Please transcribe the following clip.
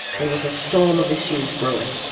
there was a storm of issues brewing.